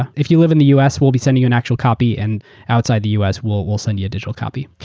ah if you live in the us we'll be sending you an actual copy and outside the us we'll we'll send you a digital copy.